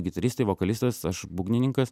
gitaristai vokalistas aš būgnininkas